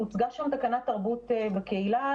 הוצגה שם תקנת תרבות בקהילה.